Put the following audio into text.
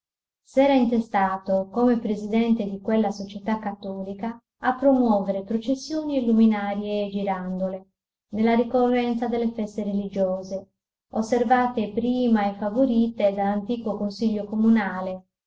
s'era intestato come presidente di quella società cattolica a promuovere processioni e luminarie e girandole nella ricorrenza delle feste religiose osservate prima e favorite dall'antico consiglio comunale